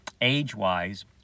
age-wise